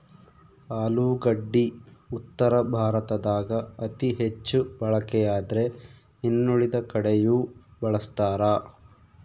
ಆಲೂಗಡ್ಡಿ ಉತ್ತರ ಭಾರತದಾಗ ಅತಿ ಹೆಚ್ಚು ಬಳಕೆಯಾದ್ರೆ ಇನ್ನುಳಿದ ಕಡೆಯೂ ಬಳಸ್ತಾರ